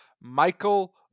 Michael